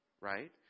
right